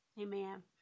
Amen